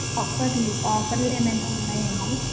ఆఫర్లు ఆఫర్లు ఏమైన ఉన్నాయండి